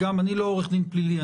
אני לא עורך דין פלילי,